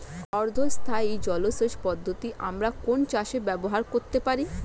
অর্ধ স্থায়ী জলসেচ পদ্ধতি আমরা কোন চাষে ব্যবহার করতে পারি?